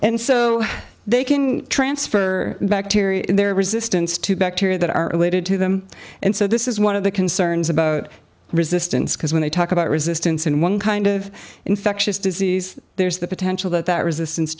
and so they can transfer bacteria in their resistance to bacteria that are related to them and so this is one of the concerns about resistance because when they talk about resistance and one kind of infectious disease there's the potential that that resistance